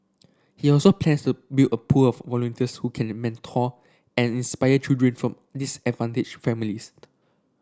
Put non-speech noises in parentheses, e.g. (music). he also plans to build a pool of volunteers who can mentor and inspire children from disadvantaged families (unintelligible)